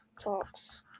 talks